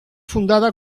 fundada